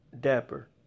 dapper